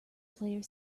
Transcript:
player